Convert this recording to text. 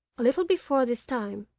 a little before this time,